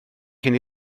cyn